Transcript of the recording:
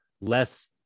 less